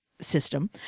system